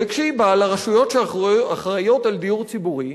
וכשהיא באה לרשויות שאחראיות לדיור ציבורי,